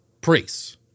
priests